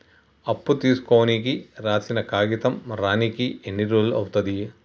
అప్పు తీసుకోనికి రాసిన కాగితం రానీకి ఎన్ని రోజులు అవుతది?